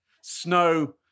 snow